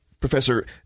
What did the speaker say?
Professor